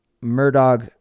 Murdoch